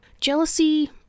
Jealousy